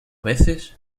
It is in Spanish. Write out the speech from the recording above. veces